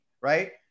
right